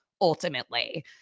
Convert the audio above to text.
ultimately